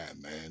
man